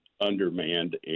undermanned